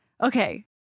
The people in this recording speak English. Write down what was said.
Okay